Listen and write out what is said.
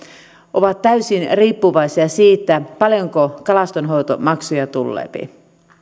ovat täysin riippuvaisia siitä paljonko kalastonhoitomaksuja tuleepi